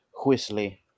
whistly